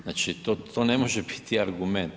Znači to ne može biti argument.